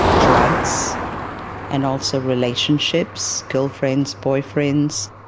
drugs and also relationships, girlfriends, boyfriends.